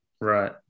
Right